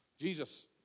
Jesus